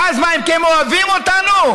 אז מה, כי הם אוהבים אותנו?